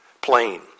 Plain